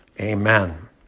Amen